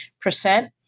percent